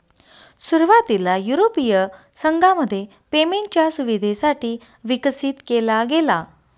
सुरुवातीला युरोपीय संघामध्ये पेमेंटच्या सुविधेसाठी विकसित केला गेला